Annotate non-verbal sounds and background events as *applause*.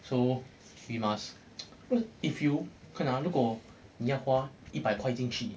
so we must *noise* if you 看啊如果你要花一百块进去